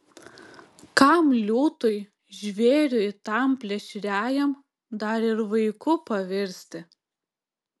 kam liūtui žvėriui tam plėšriajam dar ir vaiku pavirsti